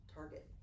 Target